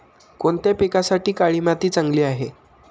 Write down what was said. कोणत्या पिकासाठी काळी माती चांगली आहे?